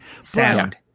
Sound